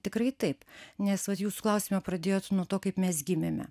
tikrai taip nes vat jūs klausimą pradėjot nuo to kaip mes gimėme